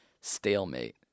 stalemate